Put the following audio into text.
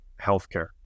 healthcare